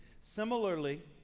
Similarly